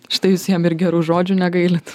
štai jūs jam ir gerų žodžių negailit